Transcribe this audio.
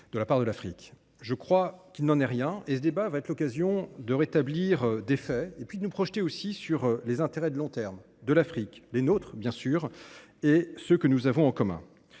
de la part de l’Afrique. Je crois qu’il n’en est rien, et ce débat est l’occasion de rétablir des faits et de nous projeter sur les intérêts de long terme de l’Afrique, sur les nôtres, bien sûr, et sur ceux que nous avons en commun.